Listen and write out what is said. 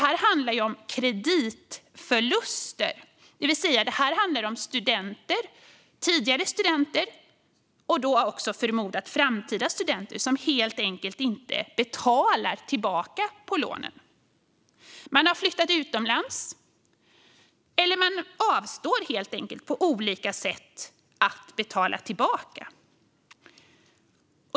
Här handlar det ju om kreditförluster, det vill säga att studenter, tidigare studenter och också förmodat framtida studenter helt enkelt inte betalar tillbaka lånen. Man har flyttat utomlands eller avstår helt enkelt på olika sätt från att betala tillbaka.